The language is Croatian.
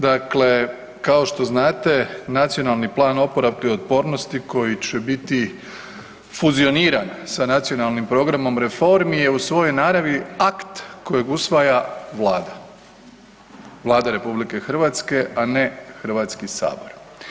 Dakle, kao što znate Nacionalni plan oporavka i otpornosti koji će biti fuzioniran sa nacionalnim programom reformi je u svojoj naravi akt kojeg usvaja Vlada, Vlada RH, a ne Hrvatski sabor.